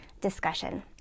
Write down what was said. discussion